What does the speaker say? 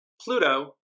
Pluto